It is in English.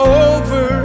over